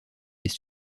des